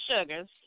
sugars